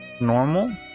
normal